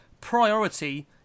priority